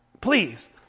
please